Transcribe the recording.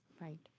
Right